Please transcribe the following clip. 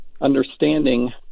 understanding